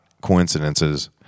coincidences